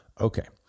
Okay